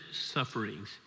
sufferings